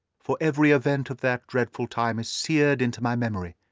for every event of that dreadful time is seared into my memory.